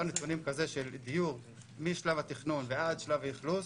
נתונים כזה של דיור משלב התכנון ועד שלב האכלוס.